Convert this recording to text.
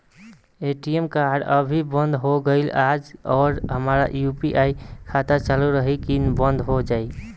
ATM card अभी बंद हो गईल आज और हमार यू.पी.आई खाता चालू रही की बन्द हो जाई?